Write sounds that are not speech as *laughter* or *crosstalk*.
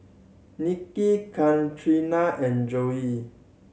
Niki Katrina and *unintelligible*